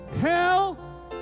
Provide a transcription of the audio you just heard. Hell